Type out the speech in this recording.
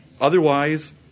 Otherwise